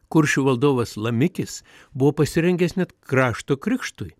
kuršių valdovas lamikis buvo pasirengęs net krašto krikštui